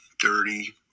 dirty